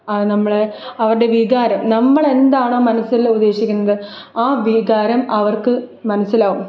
നമ്മൾ അവരുടെ വികാരം നമ്മളെന്താണോ മനസ്സിൽ ഉദ്ദേശിക്കുന്നത് ആ വികാരം അവർക്ക് മനസ്സിലാവും